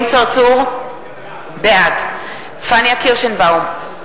בעד פניה קירשנבאום,